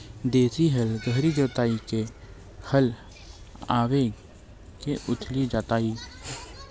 देशी हल गहरी जोताई के हल आवे के उथली जोताई के?